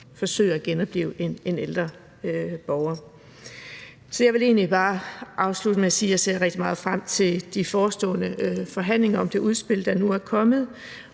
forsøge at genoplive en ældre borger. Så jeg vil egentlig bare afslutte med at sige, at jeg ser rigtig meget frem til de forestående forhandlinger om det udspil, der nu er kommet.